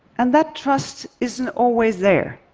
and that trust isn't always there.